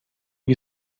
you